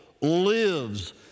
lives